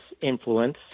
influence